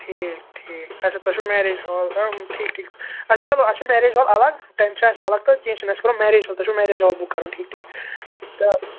ٹھیٖک ٹھیٖک اچھا تۄہہِ چھُو مٮ۪ریج ہال کَرُن ٹھیٖک ٹھیٖک اَچھا چلو اَسہِ چھِ مٮ۪ریج ہال الگ ٹٮ۪نٛٹ چھِ اَسہِ الگ تہٕ کیٚنہہ چھُنہٕ أسۍ کَرو مٮ۪ریج ہال تۄہہِ چھُو مٮ۪ریج ہال بُک کَرُن ٹھیٖک ٹھیٖک تہٕ